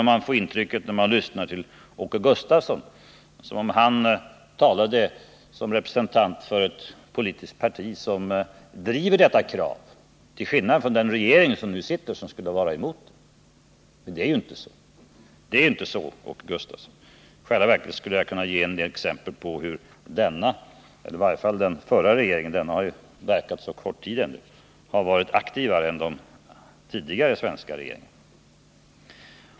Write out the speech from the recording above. Man får intrycket, när man lyssnar till Åke Gustavsson, att han talar som representant för ett politiskt parti som driver detta krav till skillnad från den regering som nu sitter, som skulle vara emot det. Det är ju inte så, Åke Gustavsson. I själva verket skulle jag kunna ge en del exempel på hur i varje fall den förra regeringen — denna har ju verkat så kort tid ännu — har varit aktivare än de tidigare svenska regeringarna.